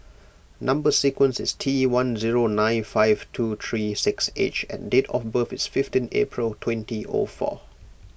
Number Sequence is T one zero nine five two three six H and date of birth is fifteen April twenty O four